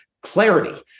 Clarity